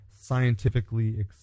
scientifically